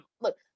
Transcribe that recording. look